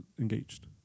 engaged